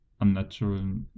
unnatural